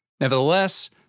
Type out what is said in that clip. Nevertheless